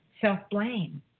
self-blame